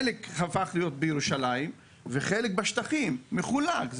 חלק הפך להיות בירושלים וחלק בשטחים, מחולק.